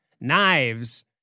knives